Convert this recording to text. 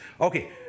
Okay